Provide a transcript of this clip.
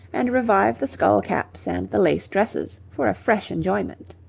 and revive the skull-caps and the lace dresses for a fresh enjoyment.